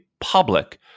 public